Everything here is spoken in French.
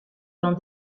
dans